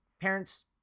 parents